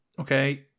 Okay